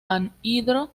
anhidro